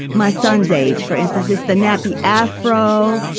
my son's age, for instance, is the nappy afro.